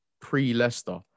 pre-Leicester